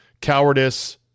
cowardice